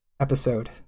episode